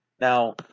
Now